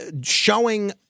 showing